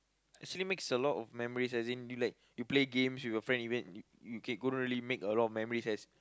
actually makes a lot memories as in you like you play games with your friend even y~ you can go really make a lot of memories as